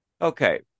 Okay